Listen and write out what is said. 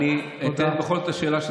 אני אתאר בכל זאת את השאלה,